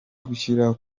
gushyira